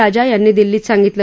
राजा यांनी दिल्लीत सांगितलं